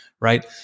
right